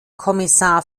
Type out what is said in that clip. kommissar